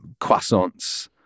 croissants